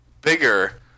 bigger